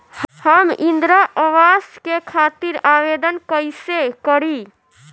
हम इंद्रा अवास के खातिर आवेदन कइसे करी?